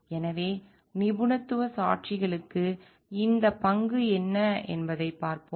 எனவே நிபுணத்துவ சாட்சிகளுக்கு இந்த பங்கு என்ன என்பதைப் பார்ப்போம்